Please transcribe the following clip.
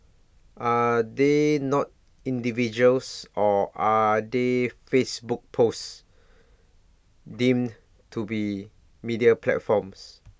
are they not individuals or are they Facebook posts deemed to be media platforms